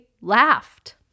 laughed